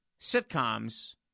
sitcoms